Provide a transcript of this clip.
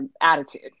attitude